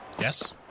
Yes